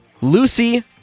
Lucy